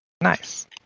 Nice